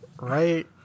Right